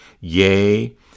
yea